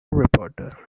reporter